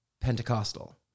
Pentecostal